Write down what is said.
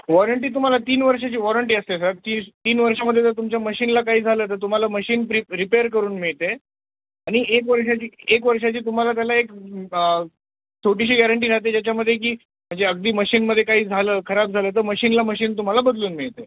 warranty तुम्हाला तीन वर्षाची वॉरंटी असते सर ती तीन वर्षामध्ये जर तुमच्या मशीनला काही झालं त तर तुम्हाला मशीन रिप रिपेअर करून मिळते आणि एक वर्षाची एक वर्षाची तुम्हाला त्याला एक छोटीशी गॅरंटी राहते ज्याच्यामध्ये की म्हणजे अगदी मशीनमध्ये काही झालं खराब झालं तर मशीनला मशीन तुम्हाला बदलून मिळते